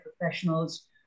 professionals